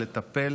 היא לטפל,